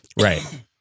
Right